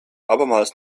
abermals